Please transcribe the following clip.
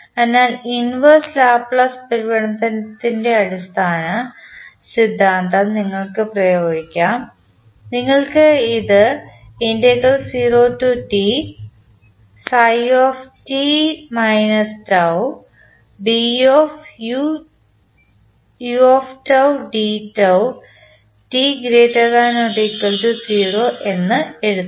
അതിനാൽ inverse Laplace പരിവർത്തനത്തിൻറെ അടിസ്ഥാന സിദ്ധാന്തം നിങ്ങൾ ഉപയോഗിക്കും നിങ്ങൾക്ക് ഇത് എന്ന് എഴുതാം